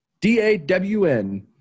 D-A-W-N